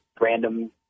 random